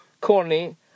Corny